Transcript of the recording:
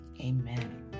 Amen